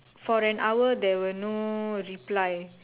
for an hour there were no reply